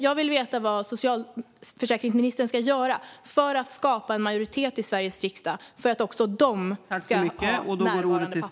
Jag vill veta vad socialförsäkringsministern ska göra för att skapa en majoritet i Sveriges riksdag för att också barn till människor i dessa grupper ska ha närvarande pappor.